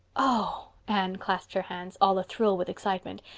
oh! anne clasped her hands, all athrill with excitement.